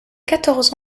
quatorze